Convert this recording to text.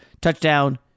Touchdown